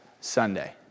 Sunday